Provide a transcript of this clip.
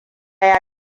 ya